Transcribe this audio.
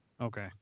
Okay